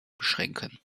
beschränken